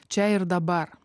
čia ir dabar